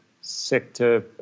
sector